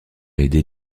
aider